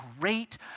great